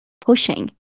pushing